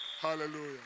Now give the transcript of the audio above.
Hallelujah